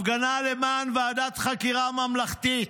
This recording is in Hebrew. הפגנה למען הקמת ועדת חקירה ממלכתית,